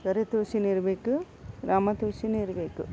ಕರಿ ತುಳಸಿಯೂ ಇರಬೇಕು ರಾಮ ತುಳಸಿಯೂ ಇರಬೇಕು